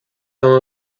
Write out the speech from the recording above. dans